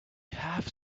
have